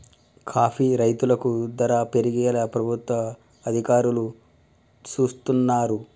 coffee రైతులకు ధర పెరిగేలా ప్రభుత్వ అధికారులు సూస్తున్నారు